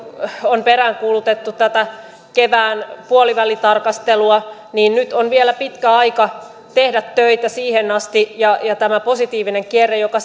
on peräänkuulutettu tätä kevään puolivälitarkastelua niin nyt on vielä pitkä aika tehdä töitä siihen asti ja ja tämä positiivinen kierre joka